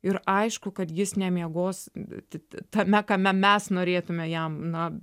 ir aišku kad jis nemiegos tame kame mes norėtume jam na